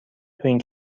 این